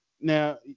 Now